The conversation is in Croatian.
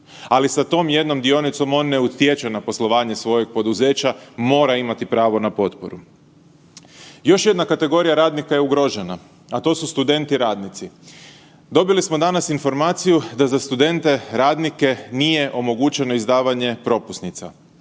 ali sa tom jednom dionicom on ne utječe na poslovanje svojeg poduzeća, mora imati pravo na potporu. Još jedna kategorija radnika je ugrožena, a to su studenti radnici. Dobili smo danas informaciju da za studente radnike nije omogućeno izdavanje propusnica,